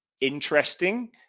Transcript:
interesting